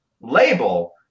label